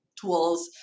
tools